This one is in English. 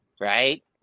right